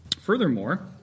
Furthermore